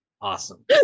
Awesome